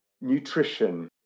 nutrition